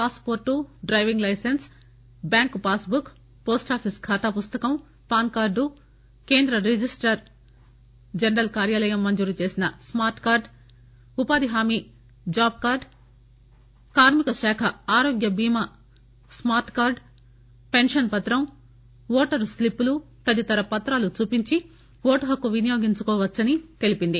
pass port driving licence bank passbook post office ఖాతా పుస్తకం PAN card కేంద్ర registrar general కార్యాలయం మంజురు చేసిన స్మార్ట్ కార్డు ఉపాధి హామీ జాబ్ కార్డు కార్మిక శాఖ ఆరోగ్య బీమా స్మార్ట్ కార్డు పెన్షన్ పత్రం ఓటర్ స్లిప్ లు తదితర పత్రాలను చూపించి ఓటు హక్కును వియోగించుకోవచ్చునని తెలిపింది